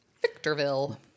Victorville